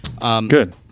Good